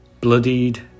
Bloodied